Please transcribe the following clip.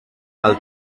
del